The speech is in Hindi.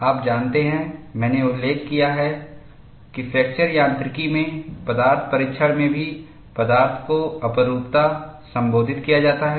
आप जानते हैं मैंने उल्लेख किया है कि फ्रैक्चर यांत्रिकी में पदार्थ परीक्षण में भी पदार्थ को अपररूपता संबोधित किया जाता है